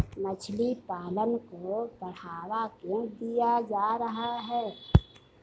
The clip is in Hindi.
मछली पालन को बढ़ावा क्यों दिया जा रहा है?